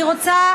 אני רוצה